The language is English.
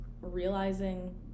realizing